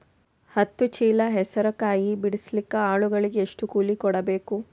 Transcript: ಹತ್ತು ಚೀಲ ಹೆಸರು ಕಾಯಿ ಬಿಡಸಲಿಕ ಆಳಗಳಿಗೆ ಎಷ್ಟು ಕೂಲಿ ಕೊಡಬೇಕು?